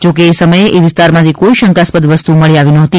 જોકે એ સમયે એ વિસ્તારમાંથી કોઇ શંકાસ્પદ વસ્તુ મળી આવી ન હતી